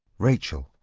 rachel,